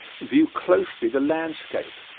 view closely the landscape,